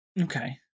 Okay